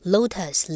Lotus